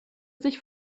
sich